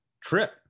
trip